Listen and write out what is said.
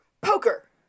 poker